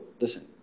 listen